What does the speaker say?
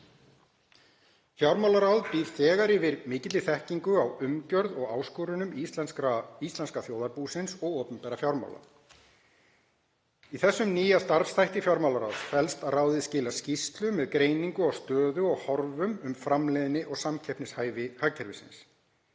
Fjármálaráð býr þegar yfir mikilli þekkingu á umgjörð og áskorunum íslenska þjóðarbúsins og opinberra fjármála. Í þessum nýja starfsþætti fjármálaráðs felst að ráðið skilar skýrslu með greiningu á stöðu og horfum um framleiðni og samkeppnishæfni hagkerfisins.